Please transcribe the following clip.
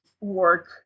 work